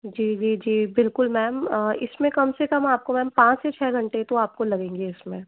जी जी जी बिल्कुल मैम इसमें कम से कम मैम आपको पाँच से छः घंटे तो लगेंगे आपको इसमें